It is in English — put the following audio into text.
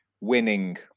winning